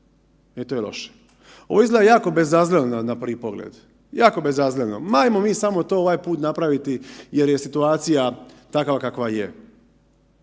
e to je loše. Ovo izgleda jako bezazleno na prvi pogled, jako bezazleno. Ma hajmo mi samo to ovaj put napraviti jer je situacija takva kakva je.